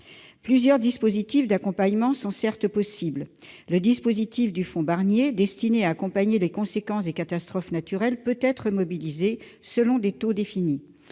plusieurs dispositifs d'accompagnement sont possibles. Ainsi, le dispositif du fonds Barnier, destiné à accompagner les conséquences des catastrophes naturelles, peut être mobilisé selon des taux définis.